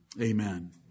amen